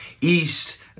east